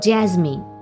Jasmine